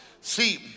See